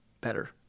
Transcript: better